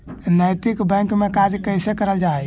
नैतिक बैंक में कार्य कैसे करल जा हई